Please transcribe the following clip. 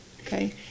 Okay